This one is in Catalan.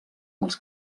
als